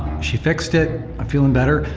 she fixed it, i'm feeling better,